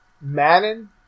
Madden